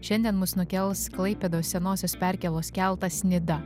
šiandien mus nukels klaipėdos senosios perkėlos keltas nida